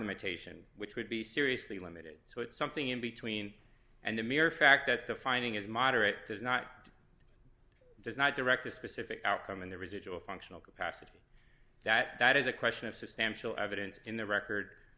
limitation which would be seriously limited so it's something in between and the mere fact that the finding is moderate does not does not direct a specific outcome in the residual functional capacity that is a question of substantial evidence in the record